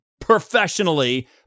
professionally